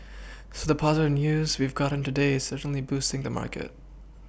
so the positive news we've gotten today is certainly boosting the market